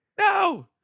no